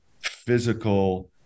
physical